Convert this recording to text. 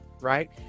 right